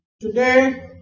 Today